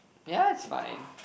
ya it's fine